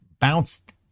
bounced